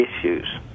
issues